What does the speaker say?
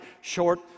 short